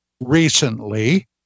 recently